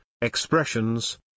expressions